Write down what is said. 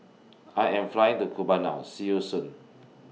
I Am Flying to Cuba now See YOU Soon